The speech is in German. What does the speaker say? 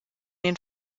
den